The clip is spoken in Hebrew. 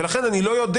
ולכן, אני לא יודע.